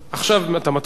בבקשה, אדוני, שלוש דקות.